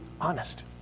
honest